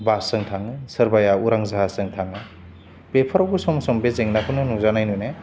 बासजों थाङो सोरबाया उरां जाहाजजों थाङो बेफोरावबो सम सम बे जेंनाखौनो नुजानाय मोनो